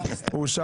הצבעה אושרה.